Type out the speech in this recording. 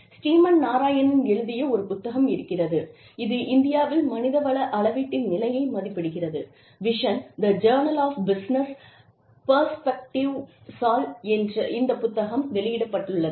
ஸ்ரீமன்நாராயணன் எழுதிய ஒரு புத்தகம் இருக்கிறது இது இந்தியாவில் மனிதவள அளவீட்டின் நிலையை மதிப்பிடுகிறது vision the journal of business பெர்ஸ்பெக்டிவ்சால் இந்த புத்தகம் வெளியிடப்பட்டுள்ளது